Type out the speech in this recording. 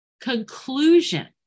conclusion